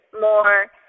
more